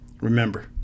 Remember